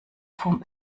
vom